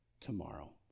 tomorrow